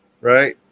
right